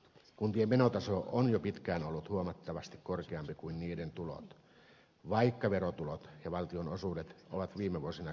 kuntien menotaso on jo pitkään ollut huomattavasti korkeampi kuin niiden tulot vaikka verotulot ja valtionosuudet ovat viime vuosina kasvaneet